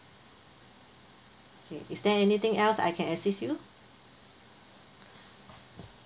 okay is there anything else I can assist you